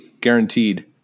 Guaranteed